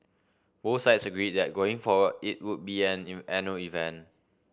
both sides agreed that going forward it would be an annual event